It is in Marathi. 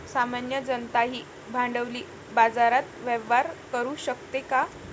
सामान्य जनताही भांडवली बाजारात व्यवहार करू शकते का?